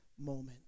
moment